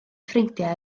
ffrindiau